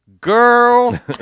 Girl